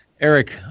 Eric